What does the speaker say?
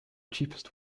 cheapest